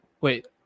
Wait